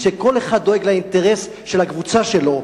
כשכל אחד דואג לאינטרס של הקבוצה שלו,